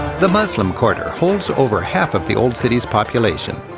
the muslim quarter holds over half of the old city's population.